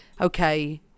okay